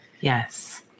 Yes